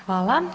Hvala.